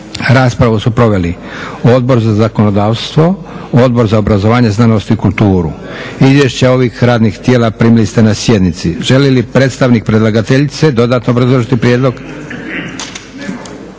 Raspravu su proveli Odbora za zakonodavstvo, Odbora za obrazovanje, znanost i kulturu. Izvješće ovih radnih tijela primili ste na sjednici. Želi li predstavnik predlagateljice dodatno obrazložiti prijedlog?